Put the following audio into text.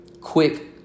quick